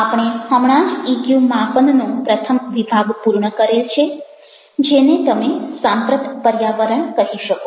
આપણે હમણાં જ ઇક્યુ માપનનો પ્રથમ વિભાગ પૂર્ણ કરેલ છે જેને તમે સાંપ્રત પર્યાવરણ કહી શકો